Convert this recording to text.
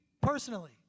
personally